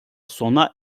sona